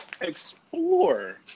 explore